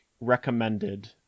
recommended